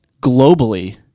globally